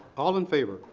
all in favor?